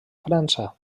frança